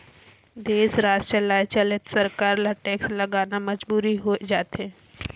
देस, राज चलाए चलते सरकार ल टेक्स लगाना मजबुरी होय जाथे